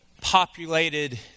populated